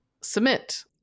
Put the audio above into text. submit